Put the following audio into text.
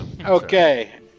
Okay